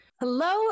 Hello